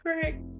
correct